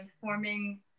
forming